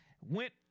went